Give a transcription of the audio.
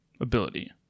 ability